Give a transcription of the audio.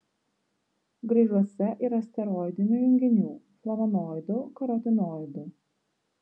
graižuose yra steroidinių junginių flavonoidų karotinoidų